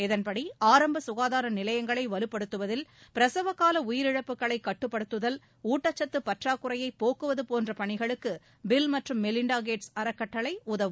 இதன்படி ஆரம்ப சுகாதார நிலையங்களை வலுப்படுத்துதல் பிரசவகால உயிரிழப்புகளைக் கட்டுப்படுத்துதல் ஊட்டச்சத்து பற்றாக்குறையைப் போக்குவது போன்ற பணிகளுக்கு பில் மற்றும் மெலிண்டா கேட்ஸ் அறக்கட்டளை உதவும்